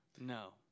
No